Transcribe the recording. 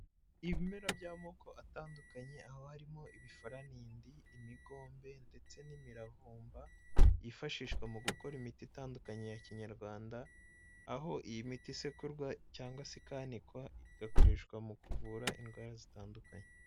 Ibimera by'amoko atandukanye aho harimo ibifaranindi, imigombe ndetse n'imiravumba yifashishwa mu gukora imiti itandukanye ya kinyarwanda aho iyi miti isekurwa cyangwa se ikanikwa igakoreshwa mu kuvura indwara zitandukanye.